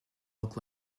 look